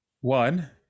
one